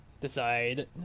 decide